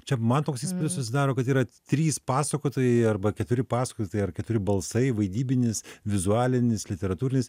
čia man toks įspūdis susidaro kad yra trys pasakotojai arba keturi pasakotojai ar keturi balsai vaidybinis vizualinis literatūrinis